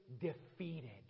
defeated